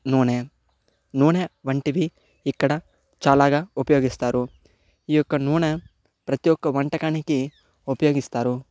నూనె నూనె వంటివి ఇక్కడ చాలాగా ఉపయోగిస్తారు ఈ యొక్క నూనె ప్రతి ఒక్క వంటకానికి ఉపయోగిస్తారు